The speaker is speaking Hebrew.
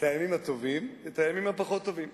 הטובים ואת הימים הפחות טובים.